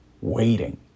waiting